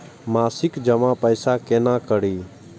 मासिक जमा पैसा केना करी?